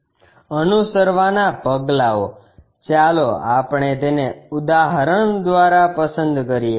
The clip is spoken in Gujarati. અનુસરવાના પગલાઓ ચાલો આપણે તેને ઉદાહરણ દ્વારા પસંદ કરીએ